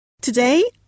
Today